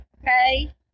Okay